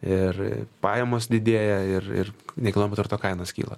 ir pajamos didėja ir ir nekilnojamo turto kainos kyla